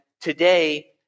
today